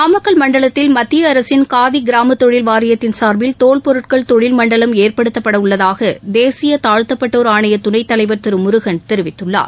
நாமக்கல் மண்டலத்தில் மத்திய அரசின் காதி கிராம தொழில் வாரியத்தின் சார்பில் தோல் பொருட்கள் தொழில் மண்டலம் ஏற்படுத்தப்படவுள்ளதாக தேசிய தாழ்த்தப்பட்டோர் ஆணைய துணைத் தலைவர் திரு முருகன் தெரிவித்துள்ளார்